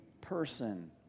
person